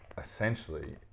essentially